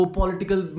political